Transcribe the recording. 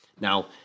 Now